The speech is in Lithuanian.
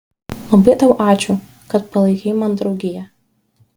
labai tau ačiū kad palaikei man draugiją